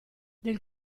del